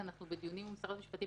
כי אנחנו בדיונים עם משרד המשפטים,